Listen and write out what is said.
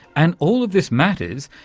and all of this matters,